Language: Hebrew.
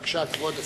בבקשה, כבוד השר.